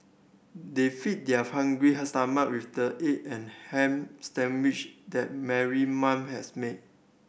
they feed their hungry stomach with the egg and ham sandwich that Mary mom has made